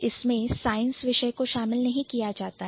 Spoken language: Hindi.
इसमें अब Science विषय को शामिल नहीं किया जाता है